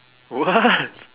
what